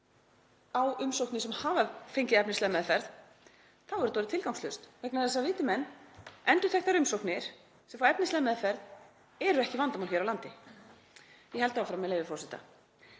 á umsóknir sem hafa fengið efnislega meðferð gerir þetta tilgangslaust, vegna þess að viti menn; endurteknar umsóknir sem fá efnislega meðferð eru ekki vandamál hér á landi. Ég held áfram, með leyfi forseta: